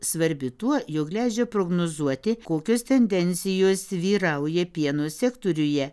svarbi tuo jog leidžia prognozuoti kokios tendencijos vyrauja pieno sektoriuje